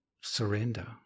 surrender